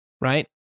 Right